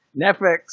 Netflix